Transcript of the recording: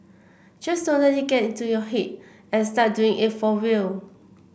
just don't let it get to your head and start doing it for real